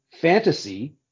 fantasy